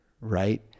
right